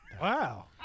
Wow